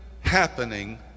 happening